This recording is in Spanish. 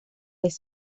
vez